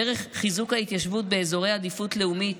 דרך חיזוק ההתיישבות באזורי עדיפות לאומית,